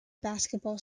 basketball